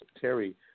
Terry